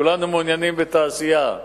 כולנו מעוניינים בתעשייה,